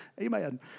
Amen